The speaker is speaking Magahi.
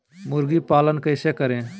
मुर्गी पालन कैसे करें?